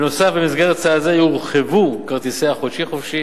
בנוסף, במסגרת צעד זה יורחבו כרטיסי "חופשי-חודשי"